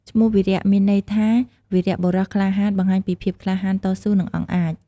ឈ្មោះវីរៈ មានន័យថាវីរបុរស ក្លាហាន បង្ហាញពីភាពក្លាហាន តស៊ូ និង អង់អាច។